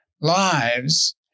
lives